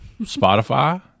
Spotify